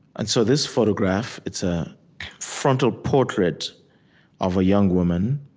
and so this photograph, it's a frontal portrait of a young woman,